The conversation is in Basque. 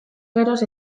geroz